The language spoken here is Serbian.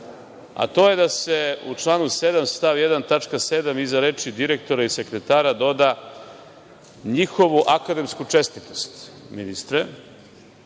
a to je da se u članu 7. stav 1. tačka 7) iza reči „direktora i sekretara“ doda „njihovu akademsku čestitost“, ministre,